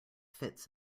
fits